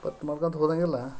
but ಮಾಡ್ಕೋತ್ ಹೋದಾಂಗೆಲ್ಲ